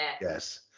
Yes